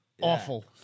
awful